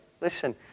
Listen